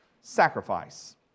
sacrifice